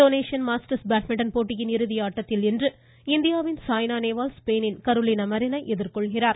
Indonesian masters badminton போட்டியின் இறுதியாட்டத்தில் இன்று இந்தியாவின் சாய்னா நேவால் ஸ்பெயினின் கரோலினா மெரினை எதிர்கொள்கிறார்